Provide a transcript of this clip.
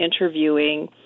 interviewing